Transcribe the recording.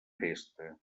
festa